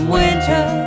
winter